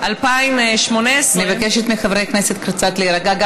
אני מבקשת מחברי הכנסת קצת להירגע.